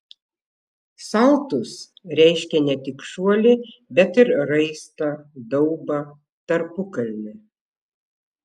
saltus reiškia ne tik šuolį bet ir raistą daubą tarpukalnę